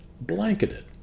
blanketed